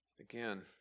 Again